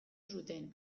zuten